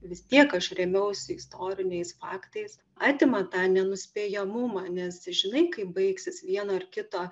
vis tiek aš rėmiausi istoriniais faktais atima tą nenuspėjamumą nes žinai kaip baigsis vieno ar kito